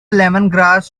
lemongrass